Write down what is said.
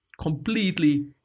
completely